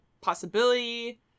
possibility